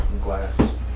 glass